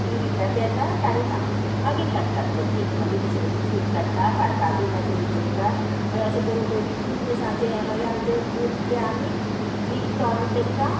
ती विता तेन्ना काडिना मागीर काडटात तो दीख मागीर दुसरे दीस दीख काडटा पाडकाकय मातशें लुचयतात मागीर अशें करून दोन तीन दिसांचे हें मागीर आमचें दूद तें आमी दीख तो आमी तांकां